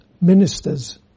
ministers